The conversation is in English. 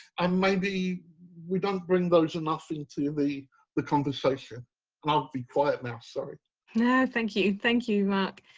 and maybe we don't bring those enough into the the conversation and i'll be quiet now. sorry, no thank you. thank you mark.